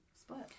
split